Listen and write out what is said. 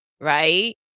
Right